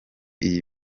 iyi